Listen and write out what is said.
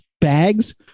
bags